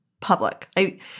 public